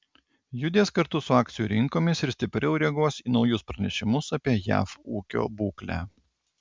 judės kartu su akcijų rinkomis ir stipriau reaguos į naujus pranešimus apie jav ūkio būklę